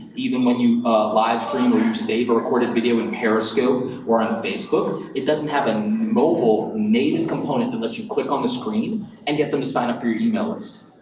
even when you live stream or you save a recorded video in periscope or on facebook. it doesn't have a mobile native component that lets you click on the screen and get them to sign up for your email list.